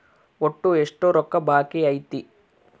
ಒಟ್ಟು ಎಷ್ಟು ರೊಕ್ಕ ಬಾಕಿ ಐತಿ?